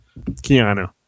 Keanu